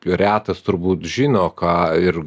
retas turbūt žino ką ir